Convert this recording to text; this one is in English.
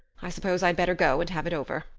i suppose i'd better go and have it over.